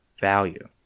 value